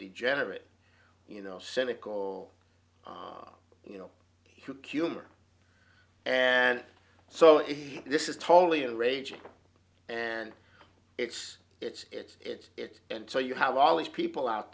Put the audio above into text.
degenerate you know cynical you know who kuma and so this is totally a raging and it's it's it's it's it's and so you have all these people out